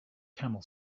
camel